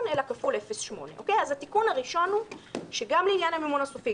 אלא כפול 0.8. התיקון הראשון הוא שגם לעניין המימון הסופי,